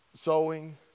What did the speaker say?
sowing